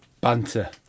Banter